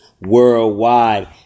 worldwide